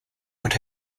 would